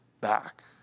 back